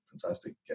fantastic